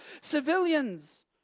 civilians